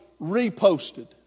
reposted